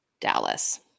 Dallas